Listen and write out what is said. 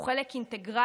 הוא חלק אינטגרלי